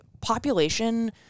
population